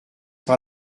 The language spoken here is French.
par